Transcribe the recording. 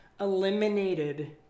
eliminated